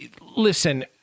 Listen